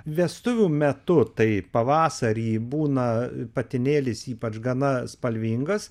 vestuvių metu tai pavasarį būna patinėlis ypač gana spalvingas